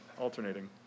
Alternating